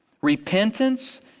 Repentance